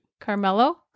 Carmelo